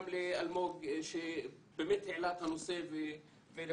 גם לאלמוג שבאמת העלה את הנושא ולכל